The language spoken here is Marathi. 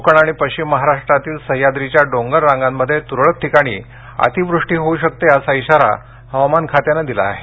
कोकण आणि पश्चिम महाराष्ट्रातीळ सह्याद्रीच्या डोंगररांगांमध्ये तुरळक ठिकाणी अतिवृष्टी होऊ शकते असा इशारा हवामान खात्यानं दिला आहे